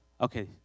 Okay